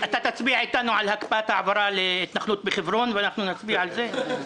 אתה תצביע איתנו על הקפאת העברה להתנחלות בחברון ואנחנו נצביע על זה?